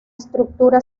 estructura